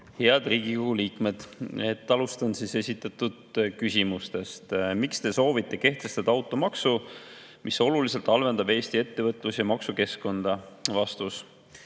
Head Riigikogu liikmed! Alustan esitatud küsimustest."Miks Te soovite kehtestada automaksu, mis oluliselt halvendab Eesti ettevõtlus‑ ja maksukeskkonda?" Vastus.